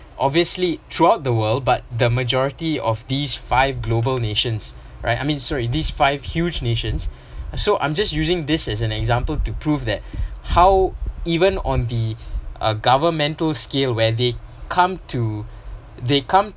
obviously throughout the world but the majority of these five global nations right I mean sorry these five huge nations so i’m just using this as an example to prove that how even on the uh governmental skills when they come to they come